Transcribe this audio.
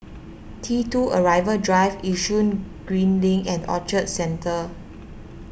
T two Arrival Drive Yishun Green Link and Orchard Centre